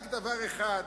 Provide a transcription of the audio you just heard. רק דבר אחד